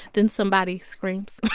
then somebody screams